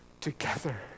together